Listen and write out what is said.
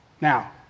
Now